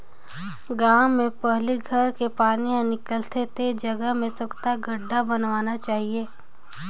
गांव में पहली घर के पानी हर निकल थे ते जगह में सोख्ता गड्ढ़ा बनवाना चाहिए